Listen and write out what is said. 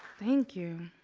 thank you.